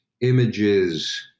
images